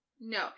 No